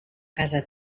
casa